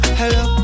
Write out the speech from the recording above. hello